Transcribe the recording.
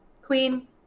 Queen